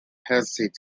hesitate